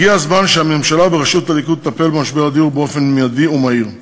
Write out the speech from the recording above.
הגיע הזמן שהממשלה בראשות הליכוד תטפל במשבר הדיור באופן מיידי ומהיר.